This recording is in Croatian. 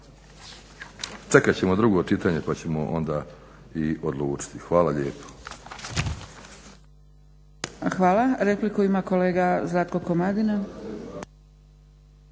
čekat ćemo drugo čitanje pa ćemo onda i odlučiti. Hvala lijepo. **Zgrebec, Dragica (SDP)** Hvala. Repliku ima kolega Zlatko Komadina.